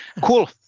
Cool